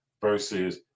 versus